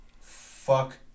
fuck